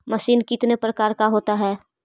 Machine कितने प्रकार का होता है?